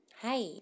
Hi